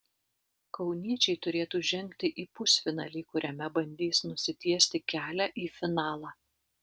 kauniečiai turėtų žengti į pusfinalį kuriame bandys nusitiesti kelią į finalą